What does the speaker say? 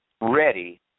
ready